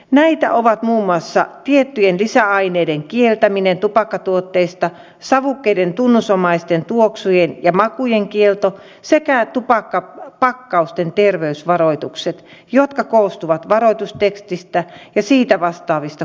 näitä ovat muun muassa tiettyjen lisäaineiden kieltäminen tupakkatuotteista savukkeiden tunnusomaisten tuoksujen ja makujen kielto sekä tupakkapakkausten terveysvaroitukset jotka koostuvat varoitustekstistä ja sitä vastaavista kuvista